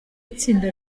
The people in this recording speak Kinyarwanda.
itsinda